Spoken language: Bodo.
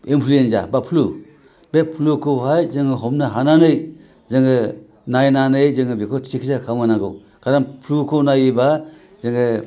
इनफ्लुएन्जा बा फ्लु बे फ्लुखौहाय जोङो हमनो हानानै जोङो नायनानै जोङो बेखौ सिखिदसा खालामनांगौ खारन फ्लुखौ नायोब्ला जोङो